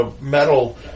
metal